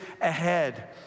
ahead